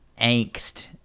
angst